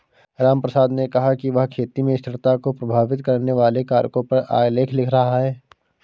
रामप्रसाद ने कहा कि वह खेती में स्थिरता को प्रभावित करने वाले कारकों पर आलेख लिख रहा है